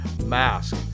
mask